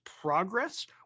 progress